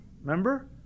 remember